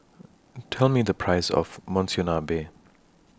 Tell Me The Price of Monsunabe